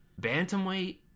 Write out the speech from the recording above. bantamweight